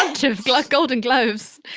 bunch of golden globes.